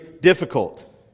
difficult